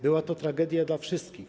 Była to tragedia dla wszystkich.